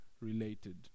related